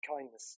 kindness